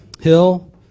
Hill